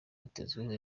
bitezweho